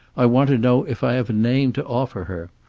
i want to know if i have a name to offer her.